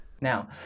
Now